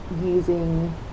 using